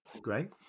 Great